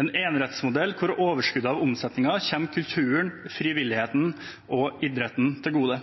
en enerettsmodell hvor overskuddet av omsetningen kommer kulturen, frivilligheten og idretten til gode.